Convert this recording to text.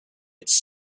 its